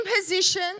position